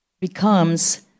becomes